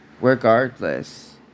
Regardless